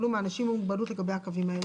עם מוגבלות בעלייה.